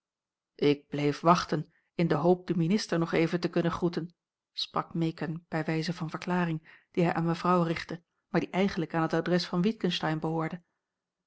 ik bleef wachten in de hoop den minister nog even te kunnen groeten sprak meekern bij wijze van verklaring die hij aan mevrouw richtte maar die eigenlijk aan het adres van witgensteyn behoorde